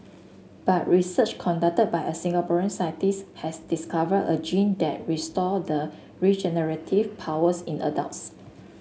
but research conducted by a Singaporean scientist has discovered a gene that restore the regenerative powers in adults